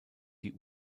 die